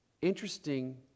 interesting